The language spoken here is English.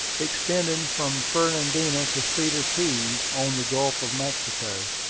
extending from fernandina to cedar keys, on the gulf of mexico,